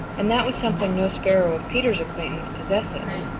and that was something no sparrow of peter's acquaintance possesses.